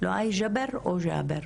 התקציביות, איפה מתקבלות,